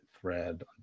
thread